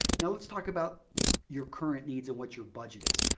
now, let's talk about your current needs and what your budget is.